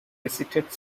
visited